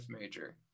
major